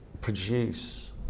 produce